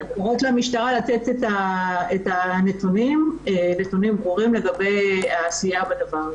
אנחנו קוראות למשטרה לתת את הנתונים לגבי העשייה בדבר הזה.